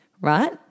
right